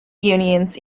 unions